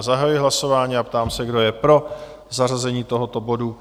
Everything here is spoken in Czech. Zahajuji hlasování a ptám se, kdo je pro zařazení tohoto bodu?